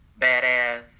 badass